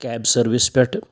cab service پٮ۪ٹھ